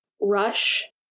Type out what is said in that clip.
Rush